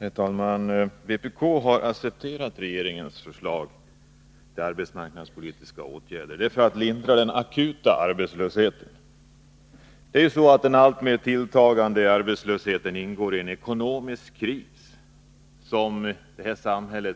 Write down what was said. Herr talman! Vpk har accepterat regeringens förslag till arbetsmarknadspolitiska åtgärder för att lindra den akuta arbetslösheten. Den alltmer tilltagande arbetslösheten ingår i en ekonomisk kris, som i detta samhälle